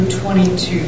22